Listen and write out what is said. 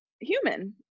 human